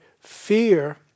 Fear